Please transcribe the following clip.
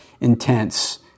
intense